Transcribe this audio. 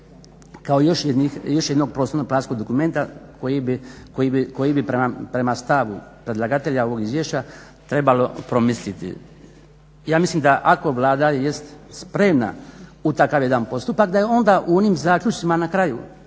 kao još jednog prostorno planskog dokumenta koji bi prema stavu predlagatelja ovog izvješća trebalo promisliti. Ja mislim da ako Vlada je spremna u takav jedan postupak da je onda u onim zaključcima na kraju